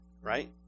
Right